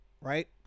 right